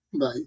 Bye